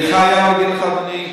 אני חייב להגיד לך, אדוני,